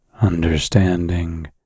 understanding